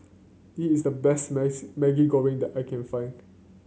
this is the best Maggi Goreng that I can find